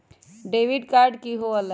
Debit card की होला?